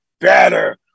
better